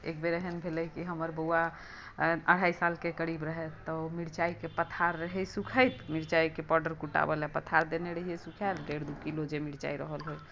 एकबेर एहन भेलै कि हमर बौआ अढ़ाइ सालके करीब रहै तऽ मिरचाइके पथार रहै सुखैत मिरचाइके पावडर कुटाबऽ लेल पथार देने रहियै सुखाए लेल जे डेढ़ दू किलो मिरचाइ रहल होए